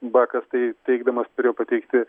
bakas taip teigdamas turėjo pateikti